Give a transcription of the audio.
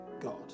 God